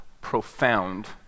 profound